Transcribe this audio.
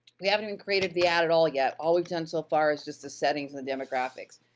we haven't even created the ad at all yet. all we've done so far is just the settings and the demographics.